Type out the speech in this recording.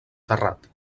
terrat